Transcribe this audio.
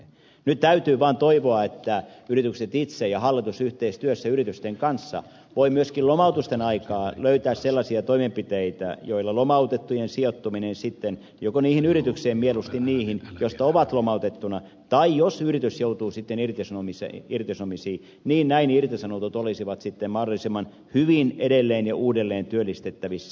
nyt täytyy vaan toivoa että yritykset itse ja hallitus yhteistyössä yritysten kanssa voi myöskin lomautusten aikana löytää sellaisia toimenpiteitä joilla joko lomautetut sijoittuvat sitten niihin yrityksiin mieluusti niihin joista ovat lomautettuina tai jos yritys joutuu irtisanomisiin niin näin irtisanotut olisivat sitten mahdollisimman hyvin edelleen ja uudelleen työllistettävissä